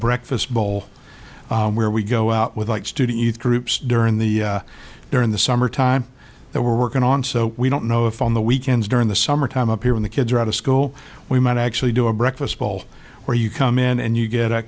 breakfast bowl where we go out with like student youth groups during the during the summer time that we're working on so we don't know if on the weekends during the summertime up here when the kids are out of school we might actually do a breakfast ball where you come in and you get a